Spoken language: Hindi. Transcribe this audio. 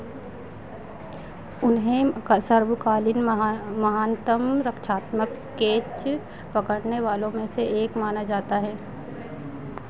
उन्हें सर्वकालिक महा महानतम रक्षात्मक कैच पकड़ने वालों में से एक माना जाता है